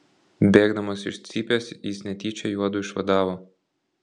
bėgdamas iš cypės jis netyčia juodu išvadavo